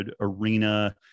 arena